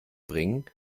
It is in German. bringen